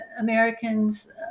Americans